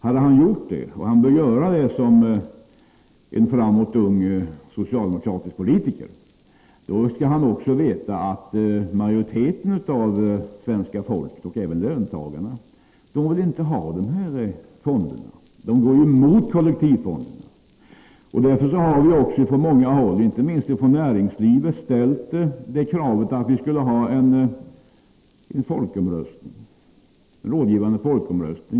Hade han gjort det — och han bör som ung, framåt socialdemokratisk politiker göra det — skulle han också veta att majoriteten av svenska folket och även löntagarna inte vill ha fonderna. De går emot kollektivfonderna. Därför har vi också från många håll, inte minst från näringslivet, ställt kravet på en rådgivande folkomröstning i den här frågan.